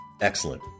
Excellent